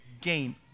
gain